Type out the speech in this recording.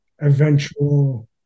eventual